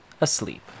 asleep